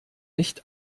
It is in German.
nicht